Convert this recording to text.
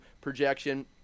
projection